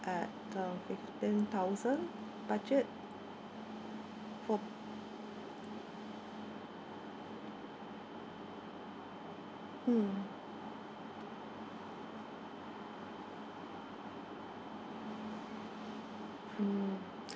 at uh fifteen thousand budget mm mm